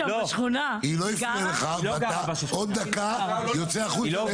היא לא הפריע לך ואתה עוד דקה יוצא החוצה.